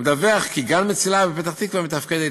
מדווח כי גן "מצילה" בפתח-תקווה מתפקד היטב.